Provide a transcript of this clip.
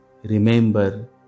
Remember